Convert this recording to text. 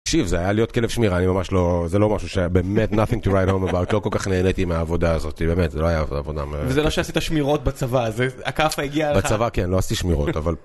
תקשיב, זה היה להיות כלב שמירה, אני ממש לא... זה לא משהו שהיה באמת nothing to write home about, לא כל כך נהניתי מהעבודה הזאת, באמת, זו לא הייתה עבודה מאוד... וזה לא שעשית שמירות בצבא הזה, הכאפה הגיעה לך. בצבא, כן, לא עשיתי שמירות, אבל...